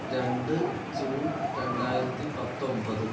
രണ്ട് ജൂൺ രണ്ടായിരത്തി പത്തൊൻപത്